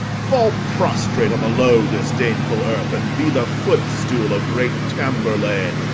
fall prostrate on the low disdainful earth, and be the footstool of great tamburlaine,